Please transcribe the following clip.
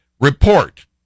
report